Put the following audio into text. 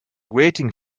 waiting